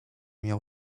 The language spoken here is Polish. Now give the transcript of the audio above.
miał